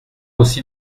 aussi